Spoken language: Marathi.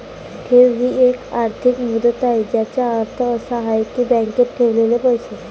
ठेव ही एक आर्थिक मुदत आहे ज्याचा अर्थ असा आहे की बँकेत ठेवलेले पैसे